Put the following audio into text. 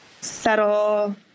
settle